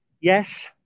yes